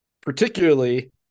particularly